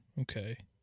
Okay